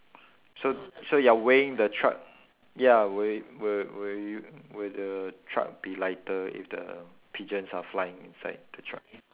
so so you're weighing the truck ya will it will will you will the truck be lighter if the pigeons are flying inside the truck